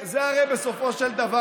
בסופו של דבר,